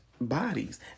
bodies